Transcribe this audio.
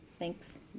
Thanks